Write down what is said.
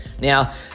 now